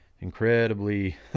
incredibly